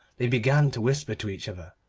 they began to whisper to each other,